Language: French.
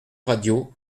radio